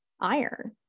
iron